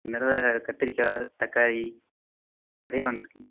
இந்த தடவை கத்திரிக்காய் தக்காளி நிறைய வந்திருக்குங்க